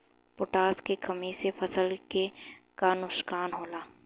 Potash के कमी से फसल के का नुकसान होला?